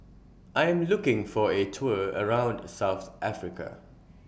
I Am looking For A Tour around South Africa